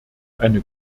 eine